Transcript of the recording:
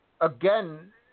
again